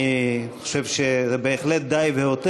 אני חושב שזה בהחלט די והותר,